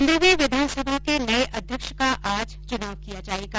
पन्द्रहवीं विधानसभा के नये अध्यक्ष का आज चुनाव किया जायेगा